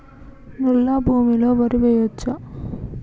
నల్లా భూమి లో వరి వేయచ్చా?